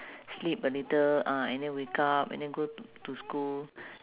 sleep a little ah and then wake up and then go to school